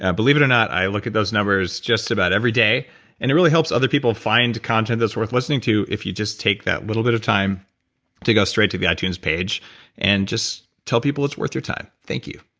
ah believe it or not, i look at those numbers just about every day and it really helps other people find content that's worth listening to if you just take that little bit of time to go straight to got the itunes page and just tell people it's worth your time. thank you